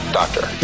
doctor